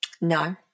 No